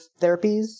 therapies